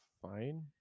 fine